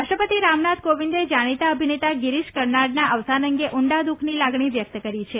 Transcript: રાષ્ટ્રપતિ રામનાથ કોવિંદે જાણિતા અભિનેતા ગિરિશ કર્નાડના અવસાન અંગે ઊંડા દ્દઃખની લાગણી વ્યક્ત કરી છે